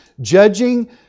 judging